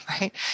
right